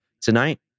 tonight